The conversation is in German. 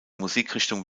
musikrichtung